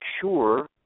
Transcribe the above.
sure